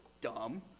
dumb